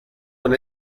con